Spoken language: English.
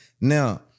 Now